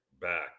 back